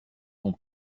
son